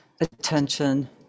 attention